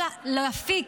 באופוזיציה,